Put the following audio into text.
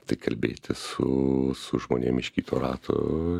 tai kalbėti su su žmonėm iš kito rato